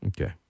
Okay